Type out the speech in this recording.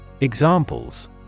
Examples